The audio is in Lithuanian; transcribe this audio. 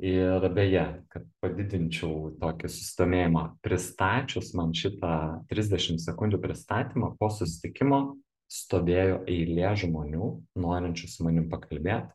ir beje kad padidinčiau tokį susidomėjimą pristačius man šitą trisdešim sekundžių pristatymą po susitikimo stovėjo eilė žmonių norinčių su manim pakalbėt